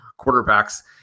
quarterbacks